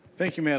thank you mme. and